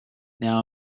now